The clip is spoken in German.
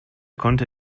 konnte